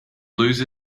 lose